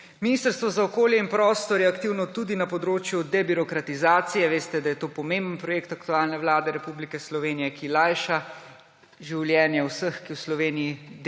Ministrstvo za okolje in prostor je aktivno tudi na področju debirokratizacije. Veste, da je to pomemben projekt aktualne vlade Republike Slovenije, ki lajša življenje vseh, ki v Sloveniji